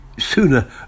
Sooner